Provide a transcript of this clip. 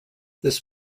this